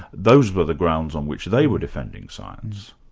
those were the grounds on which they were defending science.